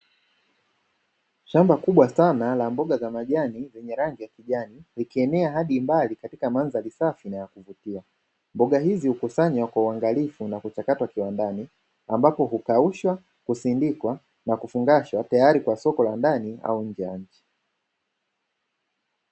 Shamba kubwa sana la mboga za majani lenye rangi ya kijani likienea hadi mbali katika mandhari safi na ya kuvutia. Mboga hizi hukusanywa kwa uangalifu na kuchakatwa kiwandani ambapo hukaushwa, kusindikwa na kufungashwa tayari kwa soko la ndani au nje ya nchi.